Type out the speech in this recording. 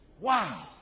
Wow